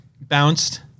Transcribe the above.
bounced